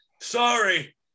Sorry